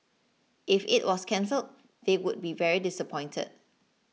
if it was cancelled they would be very disappointed